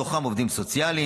ובתוכם עובדים סוציאליים,